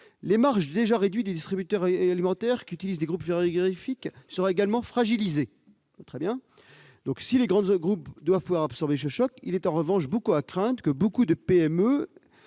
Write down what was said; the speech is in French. Les marges déjà réduites des distributeurs alimentaires qui utilisent des groupes frigorifiques seraient également fragilisées. Si les grands groupes devraient pouvoir absorber ce choc, il est en revanche à craindre que beaucoup de PME